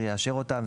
שתאושר על ידו,